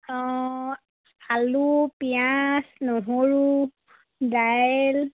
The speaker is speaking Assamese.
অঁ আলু পিঁয়াজ নহৰু দাইল